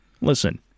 listen